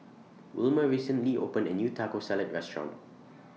Wilmer recently opened A New Taco Salad Restaurant